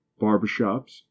barbershops